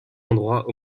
endroit